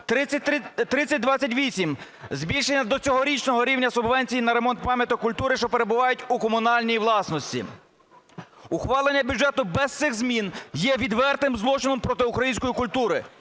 3028. Збільшення до цьогорічного рівня субвенції на ремонт пам'яток культури, що перебувають у комунальній власності. Ухвалення бюджету без цих змін є відвертим злочином проти української культури.